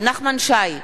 נחמן שי,